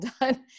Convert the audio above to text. done